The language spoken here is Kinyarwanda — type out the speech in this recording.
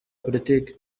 politiki